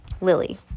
Lily